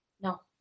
No